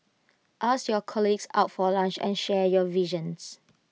ask your colleagues out for lunch and share your visions